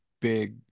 big